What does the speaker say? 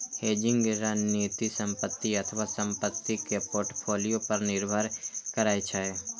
hedging रणनीति संपत्ति अथवा संपत्ति के पोर्टफोलियो पर निर्भर करै छै